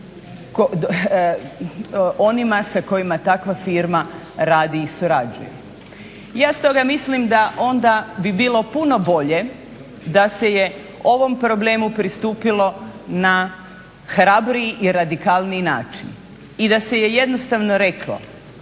onima sa kojima takva firma radi i surađuje. Ja stoga mislim da onda bi bilo puno bolje da se ovom problemu pristupilo na hrabriji i radikalniji način i da se jednostavno reklo